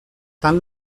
tant